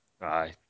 Aye